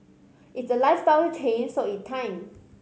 it's a lifestyle change so it time